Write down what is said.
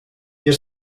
ihr